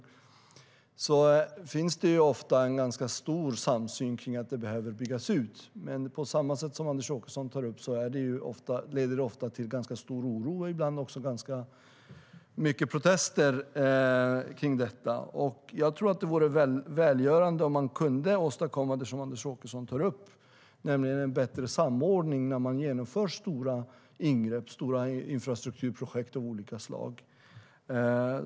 Det finns ofta en ganska stor samsyn kring att det behöver byggas ut. Men på samma sätt som Anders Åkesson tar upp leder det ofta till ganska stor oro och ibland också ganska mycket protester. Jag tror att det vore välgörande om man kunde åstadkomma det som Anders Åkesson tar upp, nämligen bättre samordning när man genomför stora ingrepp, stora infrastrukturprojekt av olika slag.